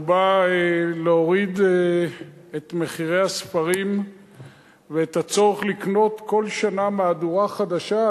הוא בא להוריד את מחירי הספרים ואת הצורך לקנות כל שנה מהדורה חדשה,